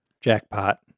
Jackpot